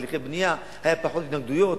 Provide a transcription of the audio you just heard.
בהליכי בנייה היו פחות התנגדויות,